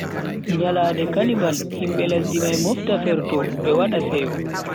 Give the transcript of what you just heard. Nyalande carnival himbe lesdi mai mofta ferto be wada seyo.